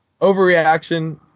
overreaction